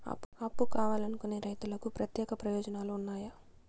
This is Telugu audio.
అప్పు కావాలనుకునే రైతులకు ప్రత్యేక ప్రయోజనాలు ఉన్నాయా?